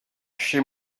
chez